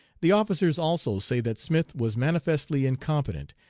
the officers also say that smith was manifestly incompetent,